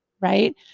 Right